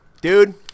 dude